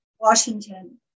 Washington